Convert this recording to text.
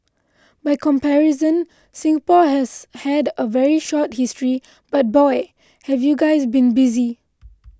by comparison Singapore has had a very short history but boy have you guys been busy